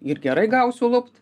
ir gerai gausiu lupti